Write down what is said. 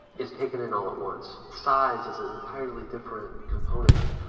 is taken in all at once. size is an entirely different component of it.